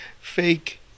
fake